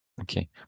okay